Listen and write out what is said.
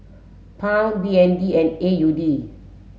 pound B N D and A U D